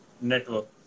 network